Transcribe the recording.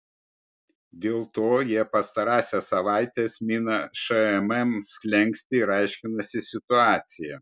dėl to jie pastarąsias savaites mina šmm slenkstį ir aiškinasi situaciją